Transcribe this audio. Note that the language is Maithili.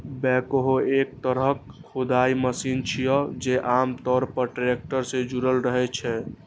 बैकहो एक तरहक खुदाइ मशीन छियै, जे आम तौर पर टैक्टर सं जुड़ल रहै छै